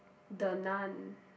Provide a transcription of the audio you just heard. the Nun